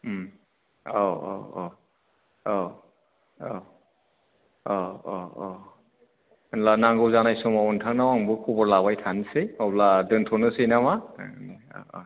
उम औ औ औ औ औ औ औ औ होनब्ला नांगौ जानाय समाव ओन्थांनाव आंबो खबर लाबाय थानोसै अब्ला दोनथ'नोसै नामा औ औ